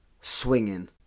swinging